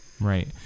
Right